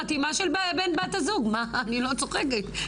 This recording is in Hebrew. חתימה של בן/בת הזוג אני לא צוחקת.